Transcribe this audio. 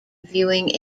viewing